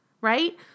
right